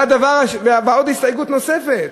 והסתייגות נוספת,